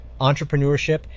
entrepreneurship